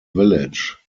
village